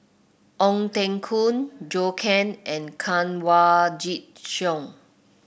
Ong Teng Koon Zhou Can and Kanwaljit Soin